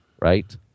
right